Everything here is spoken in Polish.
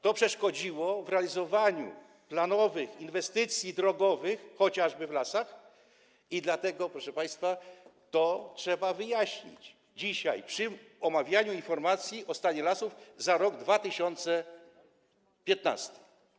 To przeszkodziło w realizowaniu planowych inwestycji drogowych chociażby w lasach, i dlatego, proszę państwa, to trzeba wyjaśnić dzisiaj przy omawianiu informacji o stanie lasów za rok 2015.